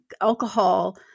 alcohol